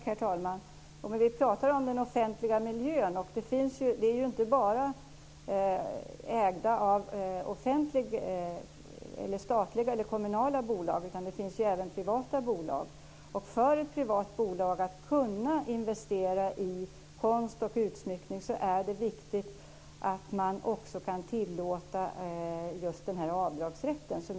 Herr talman! Vi pratar om den offentliga miljön. Den är ju inte bara ägd av statliga och kommunala bolag utan även av privata bolag. För att ett privat bolag ska kunna investera i konst och utsmyckning är det viktigt att det införs en avdragsrätt.